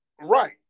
right